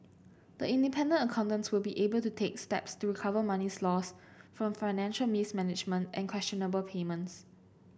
the independent accountants will be able to take steps to recover monies lost from financial mismanagement and questionable payments